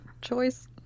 choice